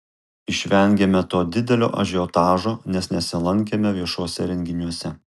išvengėme to didelio ažiotažo nes nesilankėme viešuose renginiuose